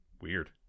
Weird